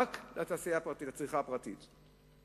רק על הצריכה הפרטית.